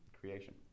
creation